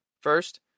First